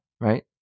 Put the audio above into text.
Right